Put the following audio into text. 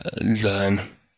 learn